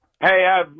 Hey